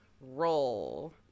roll